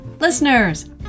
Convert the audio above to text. Listeners